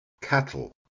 cattle